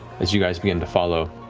as you guys begin to follow,